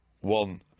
One